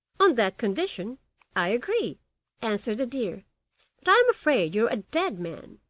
on that condition i agree answered the deer but i am afraid you are a dead man